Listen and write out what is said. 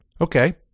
Okay